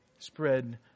Spread